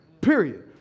Period